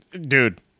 dude